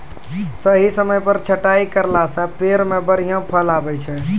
सही समय पर छंटाई करला सॅ पेड़ मॅ बढ़िया फल आबै छै